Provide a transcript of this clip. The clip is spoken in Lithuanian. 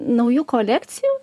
naujų kolekcijų